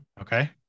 Okay